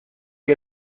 que